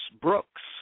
Brooks